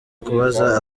kubaza